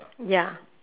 ya